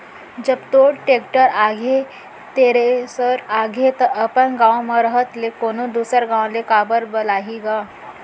जब तोर टेक्टर आगे, थेरेसर आगे त अपन गॉंव म रहत ले कोनों दूसर गॉंव ले काबर बलाही गा?